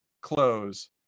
close